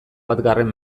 batgarren